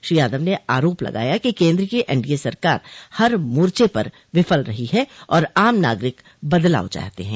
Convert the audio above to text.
श्री यादव ने आरोप लगाया कि केन्द्र की एनडीए सरकार हर मोर्चे पर विफल रही है और आम नागरिक बदलाव चाहते हैं